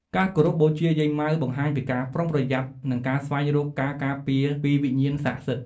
ការគោរពបូជាយាយម៉ៅបង្ហាញពីការប្រុងប្រយ័ត្ន និងការស្វែងរកការការពារពីវិញ្ញាណស័ក្តិសិទ្ធិ។